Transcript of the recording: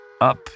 Up